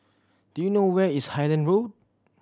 do you know where is Highland Road